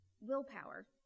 willpower